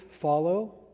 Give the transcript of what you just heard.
follow